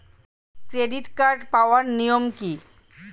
Credit card পাওয়ার নিয়ম কী?